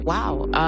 Wow